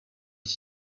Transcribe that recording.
iki